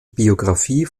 biografie